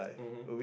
mmhmm